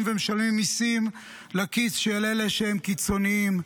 ומשלמים מיסים לכיס של אלה שהם קיצוניים,